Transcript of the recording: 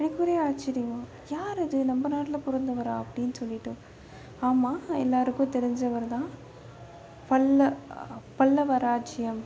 எனக்கு ஒரே ஆச்சரியம் யார் இது நம்ம நாட்டில் பிறந்தவரா அப்படின்னு சொல்லிவிட்டு ஆமாம் எல்லோருக்கும் தெரிஞ்சவர்தான் பல்ல பல்லவ ராஜ்ஜியம்